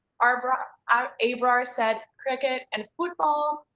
ah abrar um abrar said cricket and football.